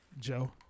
Joe